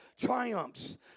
triumphs